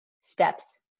steps